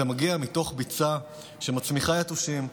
זה מגיע מתוך ביצה שמצמיחה יתושים,